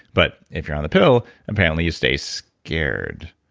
but if you're on the pill, apparently you stay scared.